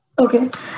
Okay